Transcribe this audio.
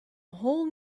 whole